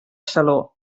saló